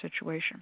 situation